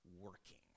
working